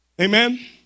Amen